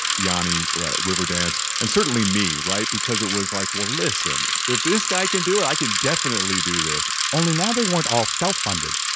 jani river dance and certainly me, right. because it was like, well, listen, if this guy can do it, i can definitely do this only now they weren't all self-funded.